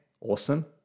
awesome